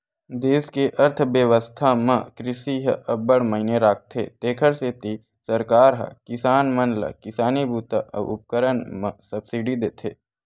देस के अर्थबेवस्था म कृषि ह अब्बड़ मायने राखथे तेखर सेती सरकार ह किसान मन ल किसानी बूता अउ उपकरन म सब्सिडी देथे